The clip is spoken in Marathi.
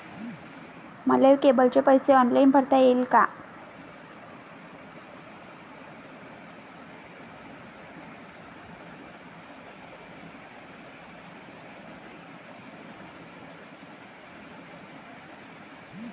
मले केबलचे पैसे ऑनलाईन भरता येईन का?